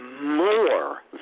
more